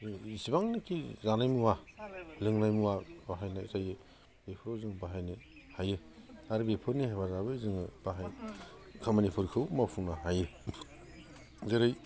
जेसेबांनोकि जानाय मुवा लोंनाय मुवा बाहायनाय थायो बेफोरखौ जों बाहायनो हायो आरो बेफोरनि हेफाजाबै जोङो बाहाय खामानिफोरखौ मावफुंनो हायो जेरै